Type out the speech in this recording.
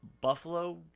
Buffalo